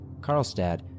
Karlstad